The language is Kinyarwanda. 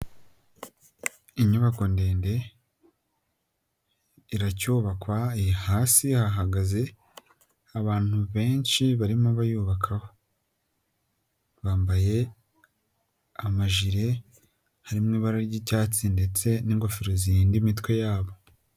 Inyubako ndende iracyubakwa, hasi hahagaze abantu benshi barimo bayubakaho, bambaye amajire harimo ibara ry'icyatsi ndetse n'ingofero zirinda imitwe yabo.